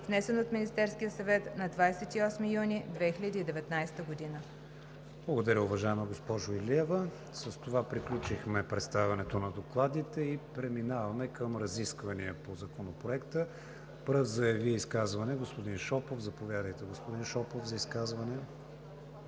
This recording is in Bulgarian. внесен от Министерския съвет на 28 юни 2019 г.“ ПРЕДСЕДАТЕЛ КРИСТИАН ВИГЕНИН: Благодаря, уважаема госпожо Илиева. С това приключихме представянето на докладите и преминаваме към разисквания по Законопроекта. Пръв заяви изказване господин Шопов. Заповядайте, господин Шопов, за изказване.